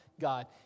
God